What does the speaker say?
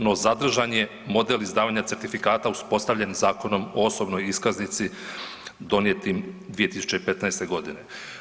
No zadržan je model izdavanja certifikata uspostavljen Zakonom o osobnoj iskaznici donijetim 2015. godine.